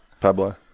Pablo